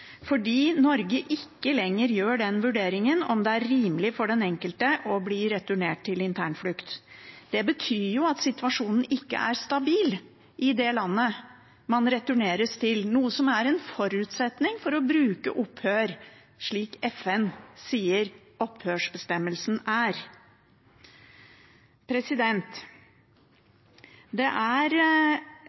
fordi Norge ikke lenger gjør den vurderingen om det er rimelig for den enkelte å bli returnert til internflukt. Det betyr jo at situasjonen ikke er stabil i det landet man returneres til, noe som er en forutsetning for å bruke opphør, slik FN sier opphørsbestemmelsen er. Det er